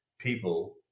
People